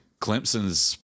Clemson's